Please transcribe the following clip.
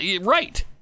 Right